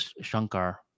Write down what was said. Shankar